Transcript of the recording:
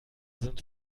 sind